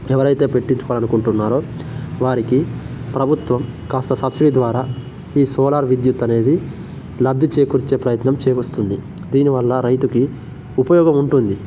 ఎవరైతే పెట్టించుకోవాలనుకుంటున్నారో వారికి ప్రభుత్వం కాస్త సబ్సిడీ ద్వారా ఈ సోలార్ విద్యుత్తనేది లబ్ధి చేకూర్చే ప్రయత్నం చేస్తుంది దీనివల్ల రైతుకి ఉపయోగం ఉంటుంది